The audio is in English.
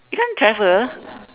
you don't want to travel